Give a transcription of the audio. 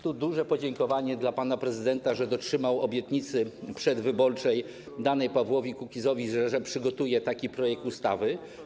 Tu duże podziękowania dla pana prezydenta, że dotrzymał obietnicy przedwyborczej danej Pawłowi Kukizowi, że przygotuje taki projekt ustawy.